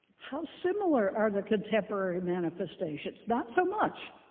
how similar are the contemporary manifestations? not so much.